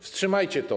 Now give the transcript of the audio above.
Wstrzymajcie to.